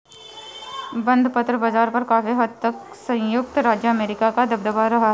बंधपत्र बाज़ार पर काफी हद तक संयुक्त राज्य अमेरिका का दबदबा रहा है